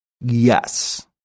Yes